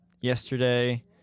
yesterday